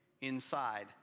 inside